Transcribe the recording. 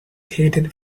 hated